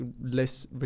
less